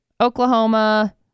Oklahoma